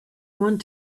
want